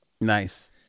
nice